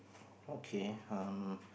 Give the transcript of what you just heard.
okay um